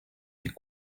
des